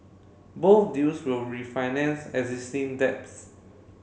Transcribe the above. both deals will refinance existing debts